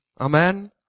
Amen